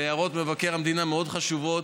והערות מבקר המדינה מאוד חשובות.